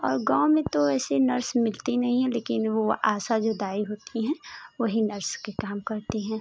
और गाँव में तो वैसे नर्स मिलती नहीं हैं लेकिन वो आशा जो दाई होती हैं वही नर्स के काम करती हैं